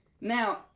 Now